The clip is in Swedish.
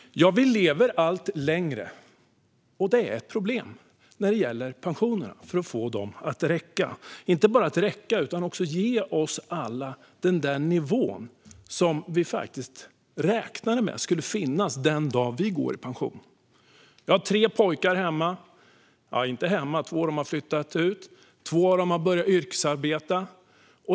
Vi lever allt längre, och det är ett problem när det gäller att få pensionerna att räcka. De ska ju inte bara räcka utan också ge oss alla den där nivån som vi faktiskt räknade med skulle finnas den dag vi går i pension. Jag har tre pojkar. Två av dem har flyttat ut och börjat yrkesarbeta.